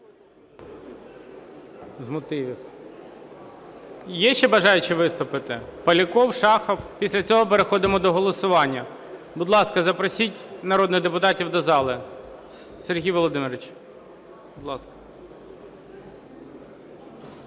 Є ще бажаючі виступити? Поляков, Шахов. Після цього переходимо до голосування. Будь ласка, запросіть народних депутатів до зали. Сергій Володимирович, будь ласка.